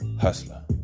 hustler